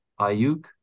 Ayuk